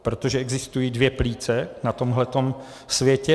Protože existují dvě plíce na tomhle světě.